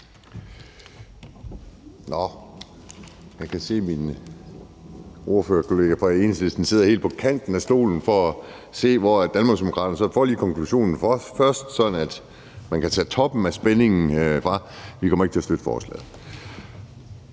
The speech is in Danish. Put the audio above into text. Jeg kan se, at min ordførerkollega fra Enhedslisten sidder helt ude på kanten af stolen for at se Danmarksdemokraterne. Så jeg giver lige konklusionen først, sådan at man kan tage toppen af spændingen. Vi kommer ikke til at støtte forslaget.